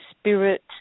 spirit